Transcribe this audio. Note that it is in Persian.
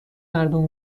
مردم